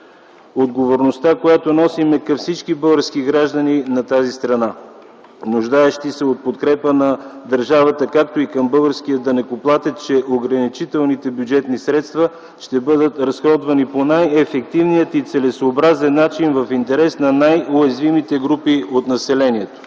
отговорността, която носим към всички български граждани на тази страна, нуждаещи се от подкрепа на държавата, както и към българския данъкоплатец, че ограничените бюджетни средства ще бъдат разходвани по най-ефективния и целесъобразен начин в интерес на най-уязвимите групи от населението.